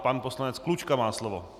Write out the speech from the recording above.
Pan poslanec Klučka má slovo.